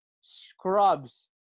scrubs